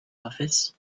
office